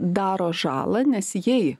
daro žalą nes jei